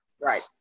right